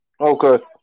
Okay